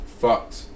fucked